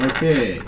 Okay